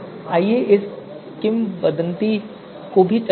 आइए इस किंवदंती को भी चलाते हैं